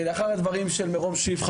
לאחר הדברים של מירום שיף,